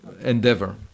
endeavor